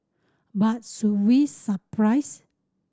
but should we surprised